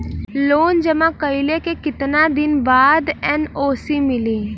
Loan जमा कइले के कितना दिन बाद एन.ओ.सी मिली?